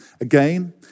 again